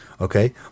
okay